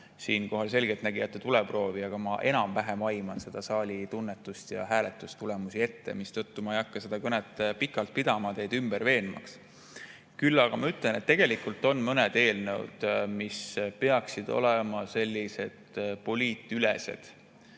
siinkohal selgeltnägijate tuleproovi, aga ma enam-vähem aiman seda saali tunnetust ja hääletustulemusi ette, mistõttu ma ei hakka seda kõnet pikalt pidama, teid ümber veenmaks. Küll aga ütlen, et on mõned eelnõud, mis peaksid olema poliitülesed,